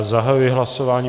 Zahajuji hlasování.